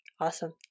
Awesome